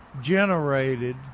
generated